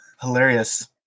Hilarious